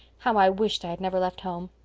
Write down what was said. how i wished i had never left home!